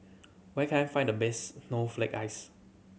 where can I find the best snowflake ice